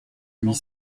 huit